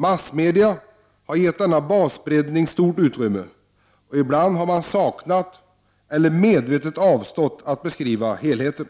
Massmedierna har gett denna basbreddning stort utrymme, och ibland har de saknats eller medvetet avstått från att beskriva helheten.